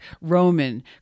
Roman